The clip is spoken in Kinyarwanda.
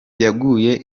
yaguye